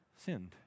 sinned